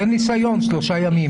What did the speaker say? תן ניסיון של שלושה ימים.